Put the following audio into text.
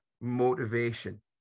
motivation